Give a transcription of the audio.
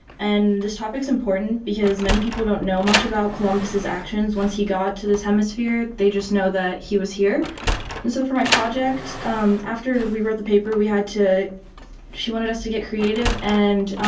and this topic's important because many people don't know much about columbus' actions once he got to this hemisphere. they just know that he was here and so for my project after we wrote the paper we had to she wanted us to get creative and